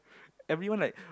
everyone like